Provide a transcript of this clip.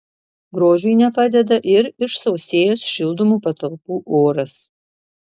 grožiui nepadeda ir išsausėjęs šildomų patalpų oras